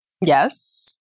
yes